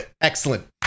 Excellent